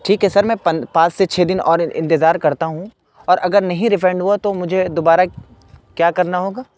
ٹھیک ہے سر میں پانچ سے چھ دن اور انتظار کرتا ہوں اور اگر نہیں ریفنڈ ہوا تو مجھے دوبارہ کیا کرنا ہوگا